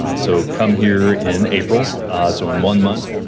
ah so, come here in april so, in one month.